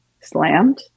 slammed